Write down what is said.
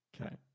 Okay